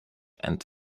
and